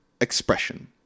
expression